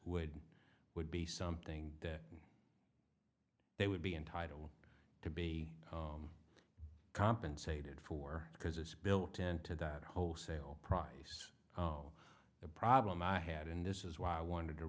would would be something that they would be entitle to be compensated for because it's built into that wholesale price oh the problem i had in this is why i wanted to